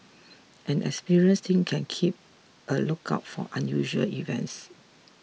an experiencing team can keep a lookout for unusual events